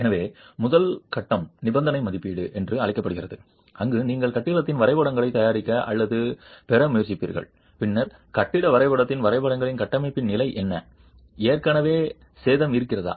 எனவே முதல் கட்டம் நிபந்தனை மதிப்பீடு என்று அழைக்கப்படுகிறது அங்கு நீங்கள் கட்டிடத்தின் வரைபடங்களைத் தயாரிக்க அல்லது பெற முயற்சிப்பீர்கள் பின்னர் கட்டிட வரைபடத்தின் வரைபடங்களில் கட்டமைப்பின் நிலை என்ன ஏற்கனவே சேதம் இருக்கிறதா